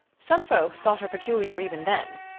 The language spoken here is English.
some folks thought her peculiar even then.